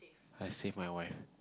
I save my wife